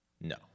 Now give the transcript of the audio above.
No